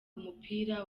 umupira